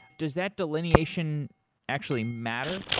does that delineation actually matter?